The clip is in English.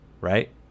right